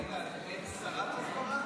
רגע, אין שרת הסברה?